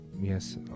Yes